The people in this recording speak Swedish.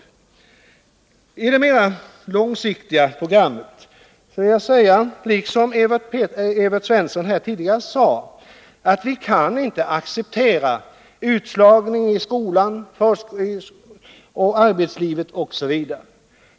När det gäller det mer långsiktiga programmet vill jag säga, liksom Evert Svensson gjorde här tidigare, att vi inte kan acceptera utslagningen i skolan och i arbetslivet.